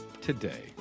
today